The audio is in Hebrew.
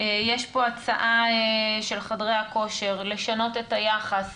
יש פה הצעה של חדרי הכושר לשנות את היחס